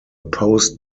post